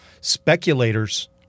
speculators